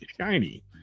shiny